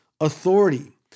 authority